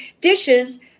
dishes